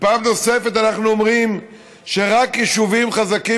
פעם נוספת אנחנו אומרים שרק יישובים חזקים